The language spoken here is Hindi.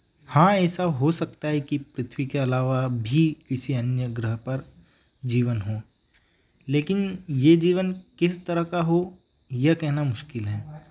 हाँ ऐसा हो सकता है कि पृथ्वी के अलावा भी किसी अन्य ग्रह पर जीवन हो लेकिन यह जीवन किस तरह का हो यह कहना मुश्किल है